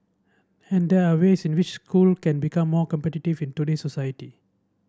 and there ways in which school can become more competitive in today's society